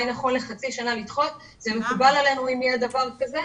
נכון לדחות בחצי שנה וזה מקובל עלינו אם יהיה דבר כזה.